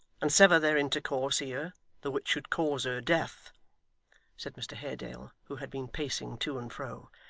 and sever their intercourse here, though it should cause her death said mr haredale, who had been pacing to and fro,